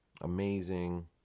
amazing